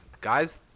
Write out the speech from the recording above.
guys